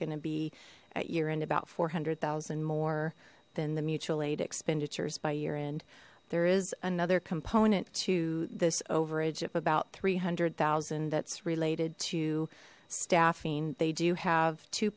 going to be a year in about four hundred thousand more than the mutual aid expenditures by year end there is another component to this overage of about three hundred thousand thats related to staffing they do have two